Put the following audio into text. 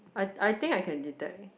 I I think I can detect eh